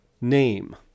name